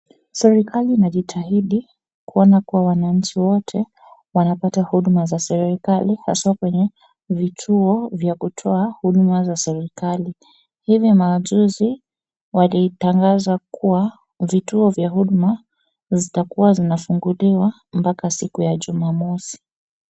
Serikali inajitahidi kuona kuwa wananchi wote wanapata huduma za serikali haswa kwenye vituo vya kutoa huduma za serikali. Hivi majuzi walitangaza kuwa vituo vya huduma zitakuwa zinafunguliwa mpaka siku ya Jumamosi.